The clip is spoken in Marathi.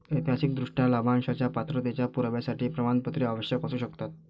ऐतिहासिकदृष्ट्या, लाभांशाच्या पात्रतेच्या पुराव्यासाठी प्रमाणपत्रे आवश्यक असू शकतात